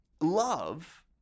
Love